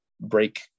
break